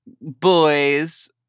boys